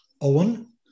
Owen